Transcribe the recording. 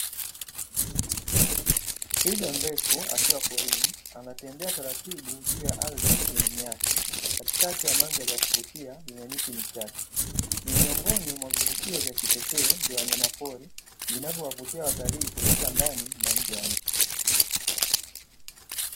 Twiga mrefu akiwa porini, anatembea taratibu juu ya ardhi yenye nyasi katikati ya mandhari ya kuvutia yenye miti michache. Ni miongoni mwa vivutio vya kipekee vya wanyama pori, vinavyo wavutia watalii kutoka ndani na nje ya nchi.